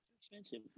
Expensive